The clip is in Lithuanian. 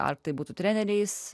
ar tai būtų treneriais